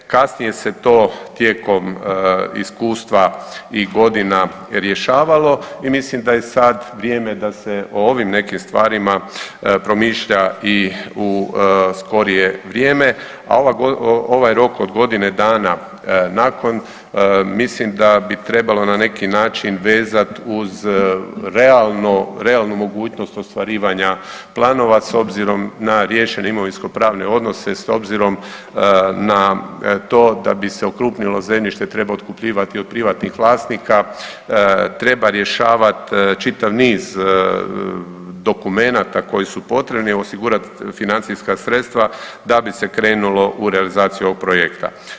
Kasnije se to tijekom iskustva i godina rješavalo i mislim da je sad vrijeme da se o ovim nekim stvarima promišlja i u skorije vrijeme, a ovaj rok od godine dana nakon mislim da bi trebalo na neki način vezat uz realnu mogućnost ostvarivanja planova s obzirom na riješene imovinskopravne odnose s obzirom na to da bi se okrupnilo zemljište treba otkupljivati od privatnih vlasnika, treba rješavat čitav niz dokumenata koji su potrebni, osigurat financijska sredstva da bi se krenulo u realizaciju ovog projekta.